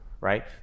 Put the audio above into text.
right